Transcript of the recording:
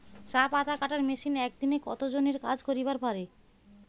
চা পাতা কাটার মেশিন এক দিনে কতজন এর কাজ করিবার পারে?